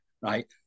right